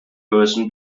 person